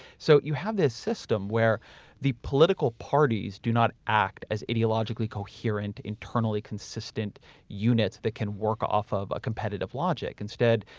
so you have this system where the political parties do not act as ideologically coherent internally consistent units that can work off of a competitive logic. instead,